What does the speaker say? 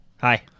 Hi